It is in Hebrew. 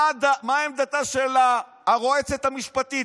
מה עמדתה של הרועצת המשפטית?